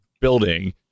building